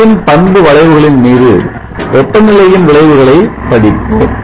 செல்லின் பண்புவளைவுகளின் மீது வெப்பநிலையின் விளைவுகளை படிப்போம்